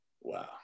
Wow